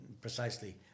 precisely